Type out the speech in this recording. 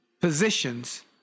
positions